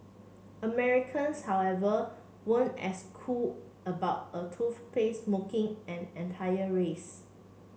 Americans however weren't as cool about a toothpaste mocking an entire race